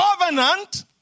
covenant